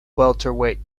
welterweight